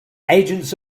agents